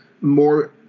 more